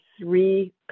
three